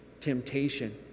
temptation